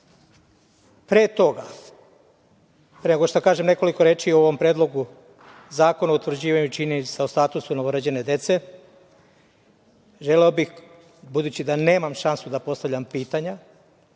toga, pre nego što kažem nekoliko reči o ovom Predlogu zakona o utvrđivanju činjenica o statusu novorođene dece, želeo bih, budući da nemam šansu da postavljam pitanja,